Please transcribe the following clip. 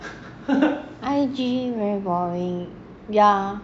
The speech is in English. I_G very boring yeah